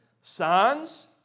Signs